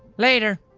later.